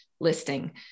listing